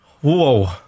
Whoa